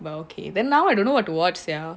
but okay then now I don't know what to watch sia